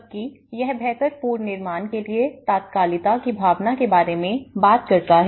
जबकि यह बेहतर पूर्ण निर्माण के लिए तात्कालिकता की भावना के बारे में बात करता है